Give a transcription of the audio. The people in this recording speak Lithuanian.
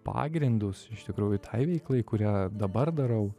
pagrindus iš tikrųjų tai veiklai kurią dabar darau